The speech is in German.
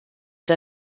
der